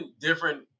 different